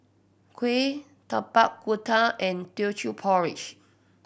kuih Tapak Kuda and Teochew Porridge